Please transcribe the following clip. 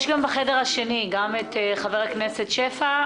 יש גם בחדר השני את חבר הכנסת שפע,